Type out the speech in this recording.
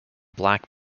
black